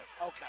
Okay